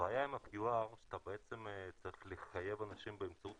והבעיה עם ה-QR היא שאתה בעצם צריך לחייב אנשים באמצעות